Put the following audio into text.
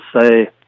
say